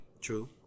True